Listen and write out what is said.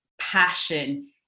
passion